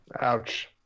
Ouch